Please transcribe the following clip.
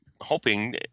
hoping